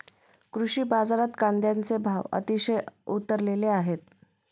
कृषी बाजारात कांद्याचे भाव अतिशय उतरले आहेत